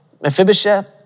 Mephibosheth